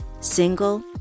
single